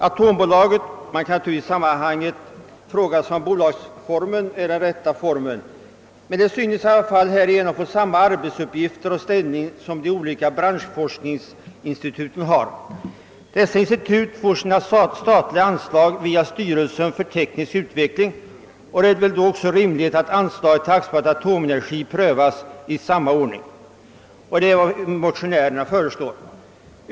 Atombolaget — i sammanhanget kan man naturligtvis fråga sig om bolagsformen är den rätta — synes härigenom få samma arbetsuppgifter och ställning som de olika branschforskningsinstituten. Dessa institut erhåller sina statliga anslag via styrelsen för teknisk utveckling, och det är då rimligt att anslaget till AB Atomenergi prövas i samma ordning, vilket föreslås av motionärerna.